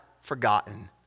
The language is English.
forgotten